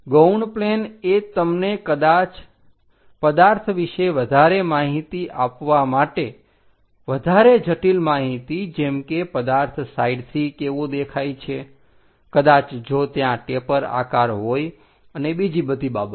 ગૌણ પ્લેન એ તમને પદાર્થ વિશે વધારે માહિતી આપવા માટે વધારે જટિલ માહિતી જેમ કે પદાર્થ સાઇડથી કેવો દેખાય છે કદાચ જો ત્યાં ટેપર આકાર હોય અને બીજી બધી બાબતો